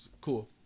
cool